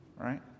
right